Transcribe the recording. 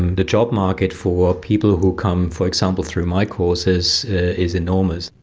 and the job market for people who come, for example, through my courses is enormous.